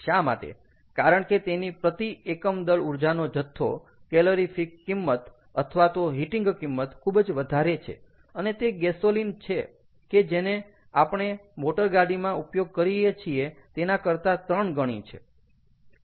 શા માટે કારણ કે તેની પ્રતિ એકમ દળ ઊર્જાનો જથ્થો કેલરીફીક કિંમત અથવા તો હીટિંગ કિંમત ખૂબ જ વધારે છે અને તે ગેસોલીન કે જેને આપણે મોટરગાડીમાં ઉપયોગ કરીએ છીએ તેના કરતા ત્રણ ગણી છે